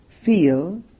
feel